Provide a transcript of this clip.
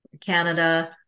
Canada